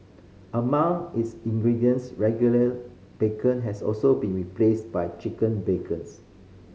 among its ingredients regular bacon has also been replaced by chicken bacons